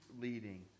leading